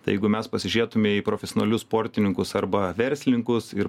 tai jeigu mes pasižiūrėtume į profesionalius sportininkus arba verslininkus ir